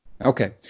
Okay